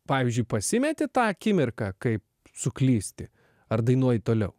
pavyzdžiui pasimeti tą akimirką kai suklysti ar dainuoji toliau